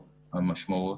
המשמעות